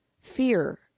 fear